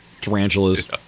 tarantulas